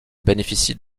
bénéficient